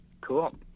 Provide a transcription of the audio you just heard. Cool